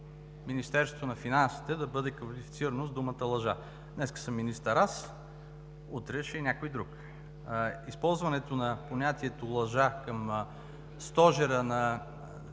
Министерството на финансите да бъде квалифицирано с думата „лъжа“. Днес съм министър аз, утре ще е някой друг. Използването на понятието „лъжа“ към стожера на